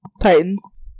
Titans